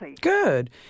Good